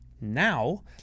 now